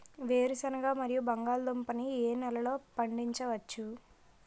వేరుసెనగ మరియు బంగాళదుంప ని ఏ నెలలో పండించ వచ్చు?